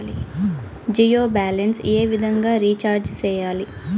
Jio balance ఏ విధంగా recharge సేయాలి?